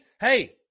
hey